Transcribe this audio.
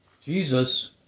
Jesus